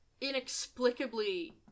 inexplicably